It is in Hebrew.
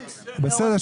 בסדר,